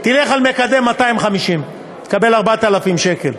תלך על מקדם 250, תקבל 4,000 שקל.